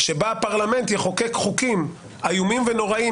שבה הפרלמנט יחוקק חוקים איומים ונוראים,